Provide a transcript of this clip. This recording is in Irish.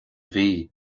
mhí